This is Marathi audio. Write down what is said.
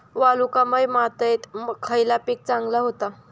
वालुकामय मातयेत खयला पीक चांगला होता?